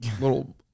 little